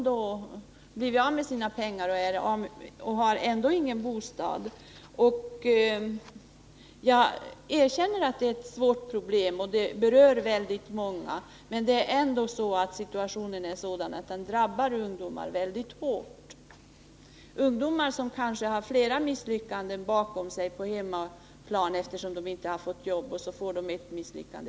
Så blir ungdomarna av med sina pengar och har ändå ingen bostad. Jag erkänner att det här är ett svårt problem som berör väldigt många, men det drabbar ungdomar särskilt hårt — ungdomar som kanske har flera misslyckanden bakom sig på hemmaplan, eftersom de inte har fått jobb. De upplever här ännu ett misslyckande.